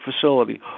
facility